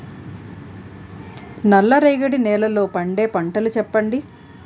నల్ల రేగడి నెలలో పండే పంటలు చెప్పండి?